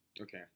Okay